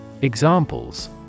Examples